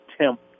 temp